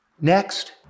Next